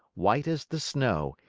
white as the snow,